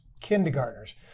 kindergartners